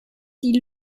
die